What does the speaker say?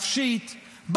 ונפשית,